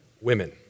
women